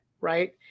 Right